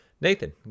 Nathan